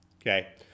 Okay